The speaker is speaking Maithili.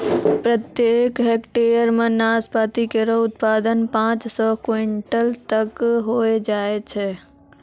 प्रत्येक हेक्टेयर म नाशपाती केरो उत्पादन पांच सौ क्विंटल तक होय जाय छै